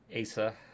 Asa